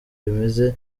bimeze